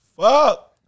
Fuck